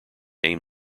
aim